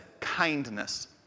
kindness